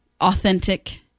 authentic